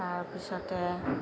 তাৰপিছতে